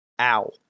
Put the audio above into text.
Ow